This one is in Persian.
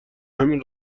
همین